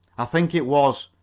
i think it was.